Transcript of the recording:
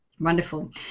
Wonderful